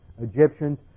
Egyptians